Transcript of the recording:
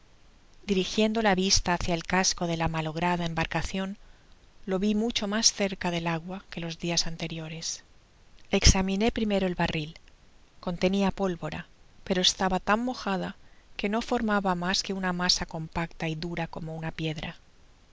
dirigiendo la vista hácia el casco de'la malograda embarcacion lo vi mucho mas fuera del agua que los dias anteriores examiné primero el barril contenia pólvora pero estaba tan mojada que no formaba mas que una masa compacta y dura como una piedra